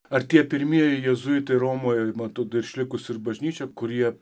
ar tie pirmieji jėzuitai romoj ma atrodo išlikus ir bažnyčia kurie